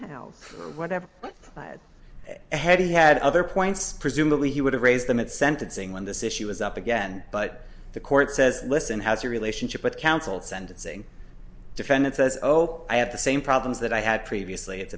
house or whatever but i had a head he had other points presumably he would have raised them at sentencing when this issue is up again but the court says listen how is your relationship with counsel sentencing defendant says oh i have the same problems that i had previously it's